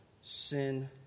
sin